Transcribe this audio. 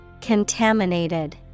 Contaminated